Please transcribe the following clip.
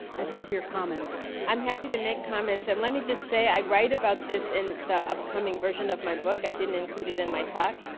i'd love your comments. i'm happy to make comments, and let me just say i write about this in the upcoming version of my book. i didn't include it in my talk,